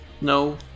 no